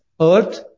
earth